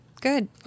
Good